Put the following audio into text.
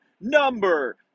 number